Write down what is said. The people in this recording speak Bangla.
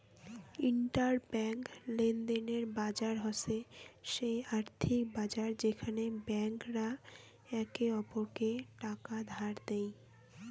ইন্টার ব্যাঙ্ক লেনদেনের বাজার হসে সেই আর্থিক বাজার যেখানে ব্যাংক রা একে অপরকে টাকা ধার দেই